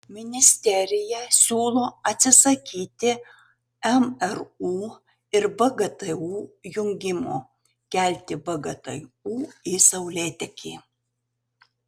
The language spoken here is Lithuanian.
ministerija siūlo atsisakyti mru ir vgtu jungimo kelti vgtu į saulėtekį